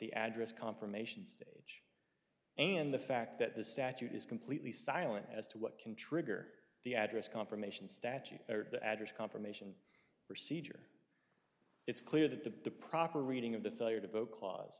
the address confirmations state and the fact that the statute is completely silent as to what can trigger the address confirmations statute to address confirmation procedure it's clear that the proper reading of the failure to vote clause